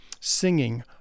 singing